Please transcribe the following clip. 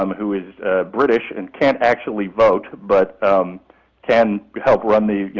um who is british and can't actually vote but can help run the, you